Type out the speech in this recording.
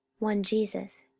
one jesus.